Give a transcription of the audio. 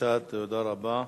תודה רבה.